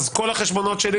אז כל החשבונות שלי,